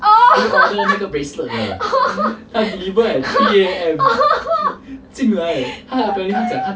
orh orh orh oh god